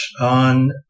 on